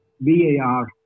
VAR